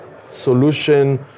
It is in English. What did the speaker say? solution